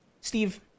steve